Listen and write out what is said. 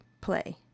play